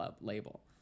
label